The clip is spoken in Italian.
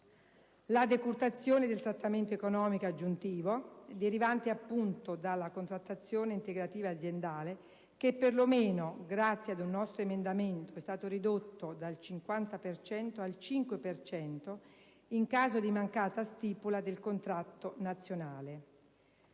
la decurtazione del trattamento economico aggiuntivo derivante appunto dalla contrattazione integrativa aziendale che, perlomeno - grazie ad un nostro emendamento - è stata ridotta dal 50 per cento al 5 per cento in caso di mancata stipula del contratto nazionale;